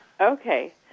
Okay